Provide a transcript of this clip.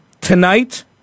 tonight